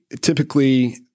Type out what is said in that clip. typically